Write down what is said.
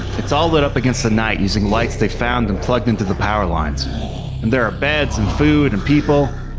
it's all lit up against the night using lights they found and plugged into the power lines. and there are beds and food and people.